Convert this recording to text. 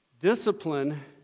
Discipline